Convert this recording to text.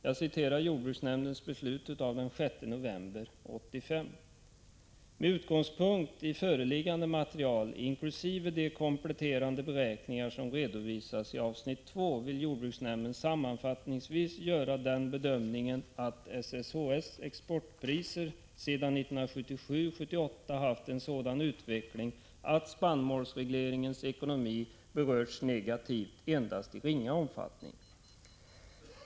Jag citerar jordbruksnämndens beslut den 6 november 1985: ”Med utgångspunkt i föreliggande material inklusive de kompletterande beräkningar som redovisats i avsnitt 2 vill JN sammanfattningsvis göra den bedömningen att SSHs exportpriser sedan 1977/78 haft en sådan utveckling att spannmålsregleringens ekonomi berörts negativt i endast ringa omfattning.